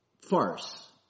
farce